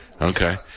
Okay